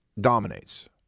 dominates